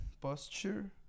posture